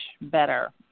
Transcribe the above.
better